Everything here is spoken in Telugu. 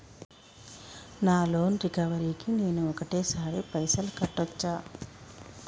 నా లోన్ రికవరీ కి నేను ఒకటేసరి పైసల్ కట్టొచ్చా?